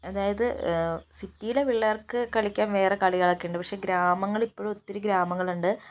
അതായത് സിറ്റിയിലെ പിള്ളേർക്ക് കളിക്കാൻ വേറെ കളികളൊക്കെ ഉണ്ട് പക്ഷേ ഗ്രാമങ്ങൾ ഇപ്പോഴും ഒത്തിരി ഗ്രാമങ്ങൾ ഉണ്ട്